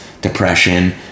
depression